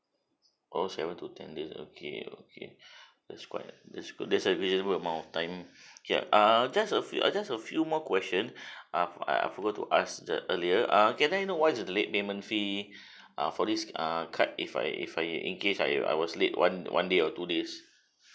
oh seven to ten days okay okay that's quite that's good that's available amount of time okay err just a few just a few more questions uh I forgot to ask ju~ earlier uh can I know what is the late payment fee uh for this err card if I if I in case I I was late one one day or two days